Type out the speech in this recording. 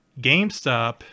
GameStop